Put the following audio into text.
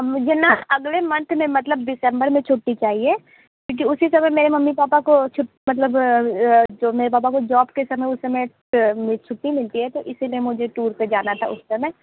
मुझे ना अगले मंथ में मतलब दिसेंबर में छुट्टी चाहिए क्योंकि उसी समय मेरे मम्मी पापा को मतलब जो मेरे पापा को जॉब के समय उस समय छुट्टी मिलती है तो इसी लिए मुझे टूर पर जाना था उस समय